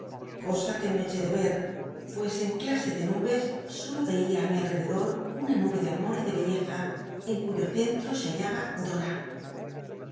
cosa que no eché de ver pues en clase de nubes solo veia á mi alrededor una nube de amor y de belleza en cuyo centro se hallaba dora